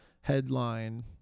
headline